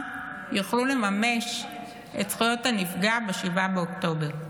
יוכלו לממש את זכויות הנפגע ב-7 באוקטובר.